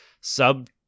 sub-